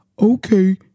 Okay